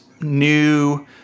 New